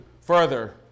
further